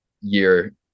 year